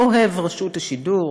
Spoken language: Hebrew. אוהב רשות השידור.